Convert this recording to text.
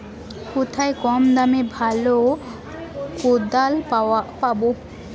কোথায় কম দামে ভালো কোদাল পাব?